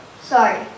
sorry